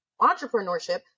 Entrepreneurship